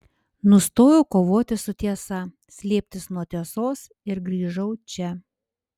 nustojau kovoti su tiesa slėptis nuo tiesos ir grįžau čia